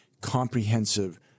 comprehensive